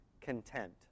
content